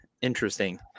Interesting